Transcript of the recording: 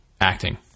acting